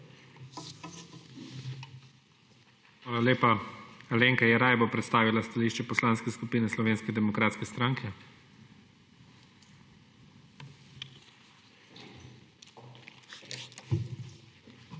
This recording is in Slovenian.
Hvala lepa. Alenka Jeraj bo predstavila stališče Poslanske skupine Slovenske demokratske stranke. **ALENKA